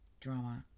drama